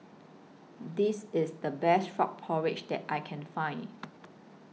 This IS The Best Frog Porridge that I Can Find